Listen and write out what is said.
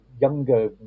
younger